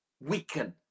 weaken